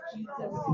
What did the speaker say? Jesus